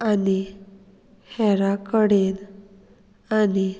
आनी हेरा कडेन आनी